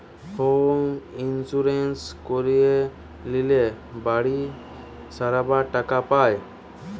home insurance করিয়ে লিলে বাড়ি সারাবার টাকা পায়